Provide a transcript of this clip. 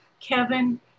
kevin